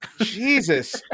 Jesus